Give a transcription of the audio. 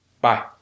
Bye